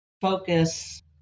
focus